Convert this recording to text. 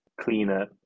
cleaner